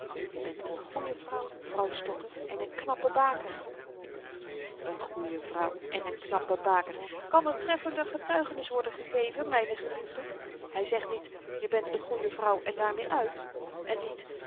je bent n goeie vrouw vrouw stotter en n knappe baker een goeie vrouw en n knappe baker kan er treffender getuigenis worden gegeven myne geliefden hy zegt niet je bent n goeie vrouw en daarmee uit en niet